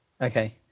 Okay